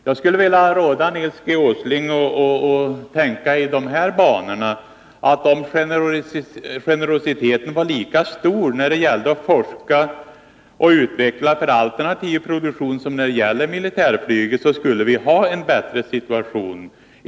Jag skulle vilja råda Nils G. Åsling att tänka i de här banorna: Om generositeten var lika stor när det gällde att forska och utveckla för alternativ produktion som beträffande militärflyget skulle vi ha en bättre situation.